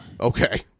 Okay